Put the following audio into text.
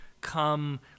come